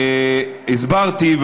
הסברתי,